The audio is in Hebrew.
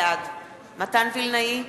בעד מתן וילנאי,